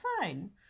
fine